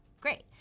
great